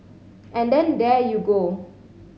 and then there you go